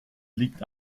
liegt